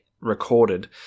recorded